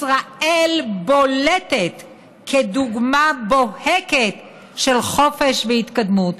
ישראל בולטת כדוגמה בוהקת של חופש והתקדמות.